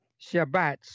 Shabbats